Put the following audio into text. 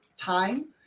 time